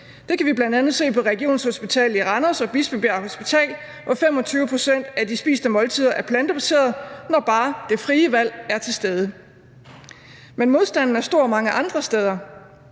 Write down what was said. Det kan vi bl.a. se på Regionshospitalet Randers og på Bispebjerg Hospital, hvor 25 pct. af de spiste måltider er plantebaserede, når bare det frie valg er til stede. Men modstanden er stor mange andre steder,